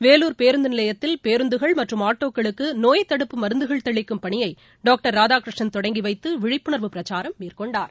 வேலூர் பேருந்து நிலையத்தில் பேருந்துகள் மற்றும் ஆட்டோக்களுக்கு நோய் தடுப்பு மருந்துகள் தெளிக்கும் பணியை டாக்டர் ராதாகிருஷ்ணன் தொடங்கி வைத்து விழிப்புணர்வு பிரச்சாரம் மேற்கொண்டார்